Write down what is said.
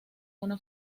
una